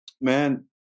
Man